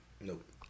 Nope